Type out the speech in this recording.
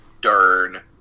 Darn